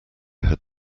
had